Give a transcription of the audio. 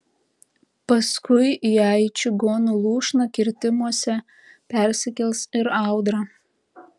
paskui ją į čigonų lūšną kirtimuose persikels ir audra